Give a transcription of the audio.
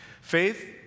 Faith